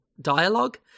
dialogue